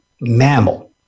mammal